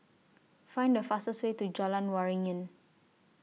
Find The fastest Way to Jalan Waringin